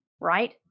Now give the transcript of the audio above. right